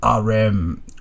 rm